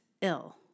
ill